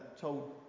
told